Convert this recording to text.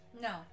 No